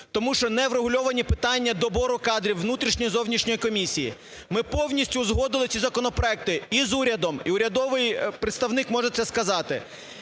тому що не врегульовані питання добору кадрів внутрішньої і зовнішньої комісії. Ми повністю узгодили ці законопроекти і з урядом, і урядовий представник може це сказати.